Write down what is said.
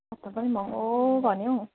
सत्तरी पनि महङ्गो भयो नि हौ